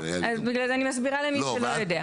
אוקי, אז אני מסבירה למי שלא יודע.